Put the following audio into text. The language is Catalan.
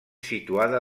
situada